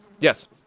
Yes